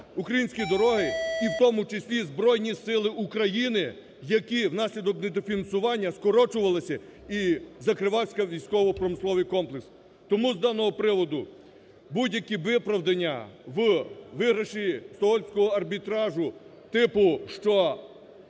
українські дороги і в тому числі Збройні Сили України, які внаслідок недофінансування скорочувалися і закривався військово-промисловий комплекс. Тому з даного приводу будь-які виправдання в виграші Стокгольмського арбітражу типу, що